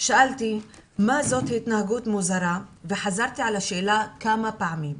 שאלתי 'מה זאת התנהגות מוזרה' וחזרתי על השאלה כמה פעמים.